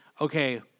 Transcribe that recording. okay